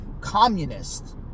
communists